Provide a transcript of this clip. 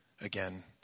again